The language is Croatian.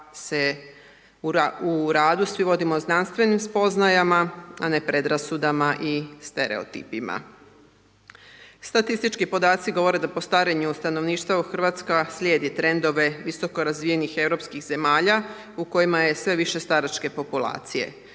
da se u radu svi vodimo znanstvenim spoznajama, a ne predrasudama i stereotipima. Statistički podaci govore da po starenju stanovništva Hrvatska slijedi trendove visokorazvijenih europskih zemalja u kojima je sve više staračke populacije.